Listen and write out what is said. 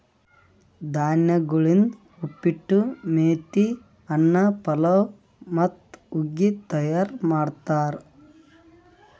ಧಾನ್ಯಗೊಳಿಂದ್ ಉಪ್ಪಿಟ್ಟು, ಮೇತಿ ಅನ್ನ, ಪಲಾವ್ ಮತ್ತ ಹುಗ್ಗಿ ತೈಯಾರ್ ಮಾಡ್ತಾರ್